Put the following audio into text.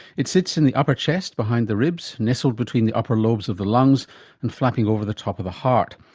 it sits in the upper chest behind the ribs, nestled between the upper lobes of the lungs and flapping over the top of the heart.